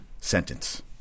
sentence